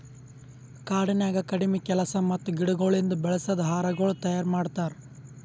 ಕಾಡನ್ಯಾಗ ಕಡಿಮಿ ಕೆಲಸ ಮತ್ತ ಗಿಡಗೊಳಿಂದ್ ಬೆಳಸದ್ ಆಹಾರಗೊಳ್ ತೈಯಾರ್ ಮಾಡ್ತಾರ್